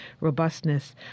robustness